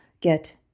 get